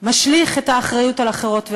משליך את האחריות על אחרות ואחרים,